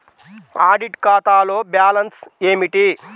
Audit ఖాతాలో balance ఏమిటీ?